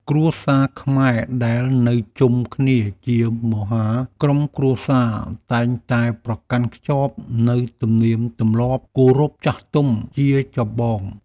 គ្រួសារខ្មែរដែលនៅជុំគ្នាជាមហាក្រុមគ្រួសារតែងតែប្រកាន់ខ្ជាប់នូវទំនៀមទម្លាប់គោរពចាស់ទុំជាចម្បង។